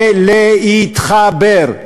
זה להתחבר.